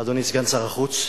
אדוני סגן שר החוץ.